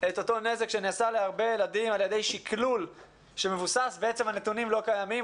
את הנזק שנעשה לילדים על ידי שקלול שמבוסס על נתונים לא קיימים.